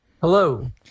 Hello